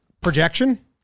Projection